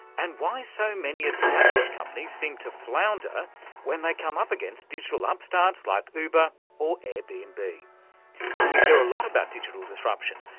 and why so many established companies seem to flounder when they come up against digital um upstarts like uber or airbnb. we hear a lot about digital disruption,